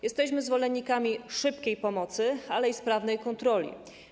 Jesteśmy zwolennikami szybkiej pomocy, ale i sprawnej kontroli.